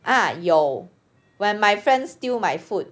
ah 有 when my friends steal my food